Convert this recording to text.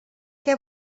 què